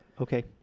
Okay